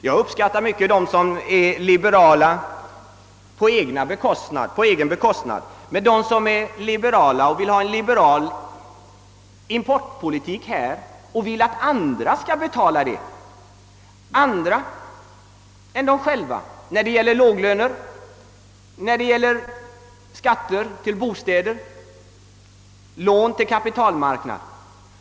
Jag uppskattar mycket dem som är liberala på egen bekostnad, men inte dem som vill ha en liberal importpolitik av det här slaget och önskar att andra skall betala.